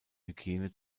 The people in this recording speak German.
hygiene